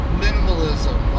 minimalism